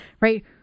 right